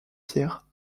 pierre